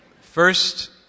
First